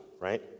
right